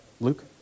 Luke